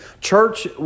church